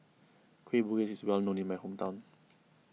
Kueh Bugis is well known in my hometown